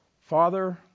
Father